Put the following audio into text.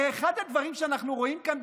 הרי אחד הדברים שאנחנו רואים כאן,